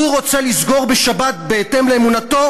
הוא רוצה לסגור בשבת בהתאם לאמונתו?